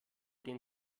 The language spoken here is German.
den